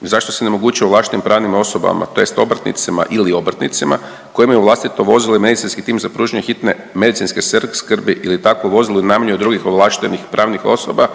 Zašto se ne omogući ovlaštenim pravnim osobama, tj. obrtnicima ili obrtnicima koji imaju vlastito vozilo i medicinski tim za pružanje hitne medicinske skrbi ili takvo vozilo iznajmljuju od drugih ovlaštenih pravnih osoba